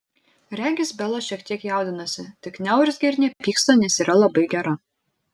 regis bela šiek tiek jaudinasi tik neurzgia ir nepyksta nes yra labai gera